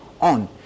on